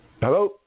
Hello